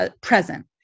present